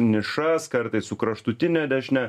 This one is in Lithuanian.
nišas kartais su kraštutine dešine